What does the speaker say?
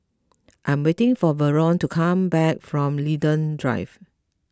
I'm waiting for Verlon to come back from Linden Drive